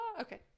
Okay